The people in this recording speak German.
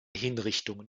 hinrichtungen